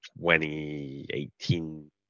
2018